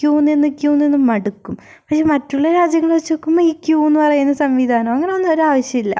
Q നിന്ന് queue നിന്ന് മടുക്കും പക്ഷേ മറ്റുള്ള രാജ്യങ്ങളെ വെച്ച് നോക്കുമ്പോൾ ഈ ക്യൂ എന്ന് പറയുന്ന സംവിധാനം അങ്ങനെയൊന്നും ഒരു ഒരാവശ്യമില്ല